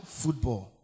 football